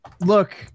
Look